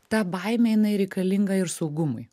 ta baimė jinai reikalinga ir saugumui